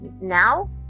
now